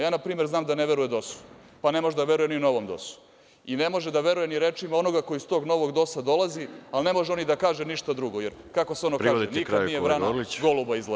Ja na primer znam da ne veruje dos-u, pa ne može da veruje ni novom dos-u i ne može da veruje ni rečima onoga ko iz tog novog dos-a dolazi, a ne može on ni da kaže ništa drugo, jer kako se ono kaže – nikad nije vrana goluba izlegla.